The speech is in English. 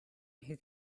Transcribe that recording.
his